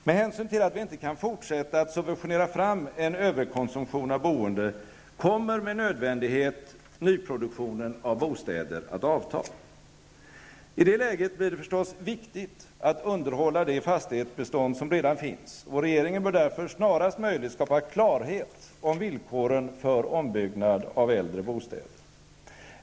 Med hänsyn till att vi inte kan fortsätta att subventionera fram en överkonsumtion av boende kommer med nödvändighet nyproduktionen av bostäder att avta. I det läget blir det förstås viktigt att underhålla det fastighetsbestånd som redan finns. Regeringen bör därför snarast möjligt skapa klarhet om villkoren för ombyggnad av äldre bostäder.